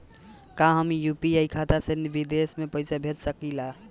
का हम यू.पी.आई खाता से विदेश में पइसा भेज सकिला?